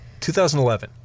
2011